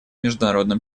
международном